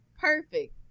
Perfect